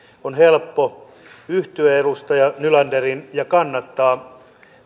on helppo yhtyä edustaja nylanderin esitykseen ja kannattaa